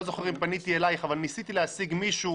לא זוכר אם פניתי אליך, אבל ניסיתי להשיג מישהו